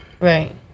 Right